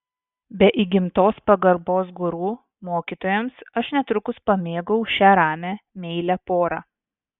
be įgimtos pagarbos guru mokytojams aš netrukus pamėgau šią ramią meilią porą